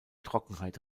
trockenheit